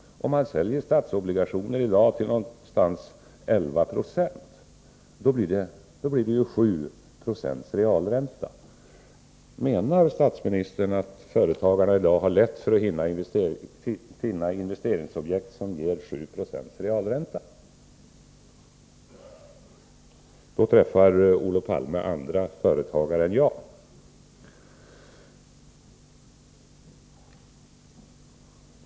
Om man i dag har statsobligationer med ca 11 96 ränta, blir det 7 90 realränta. Menar statsministern att företagarna i dag har lätt att finna investeringsobjekt som ger 7 20 realränta? Då träffar Olof Palme andra företagare än jag.